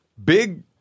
Big